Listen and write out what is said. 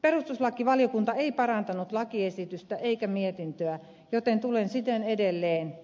perustuslakivaliokunta ei parantanut lakiesitystä eikä mietintöä joten tulen siten edelleen